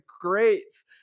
greats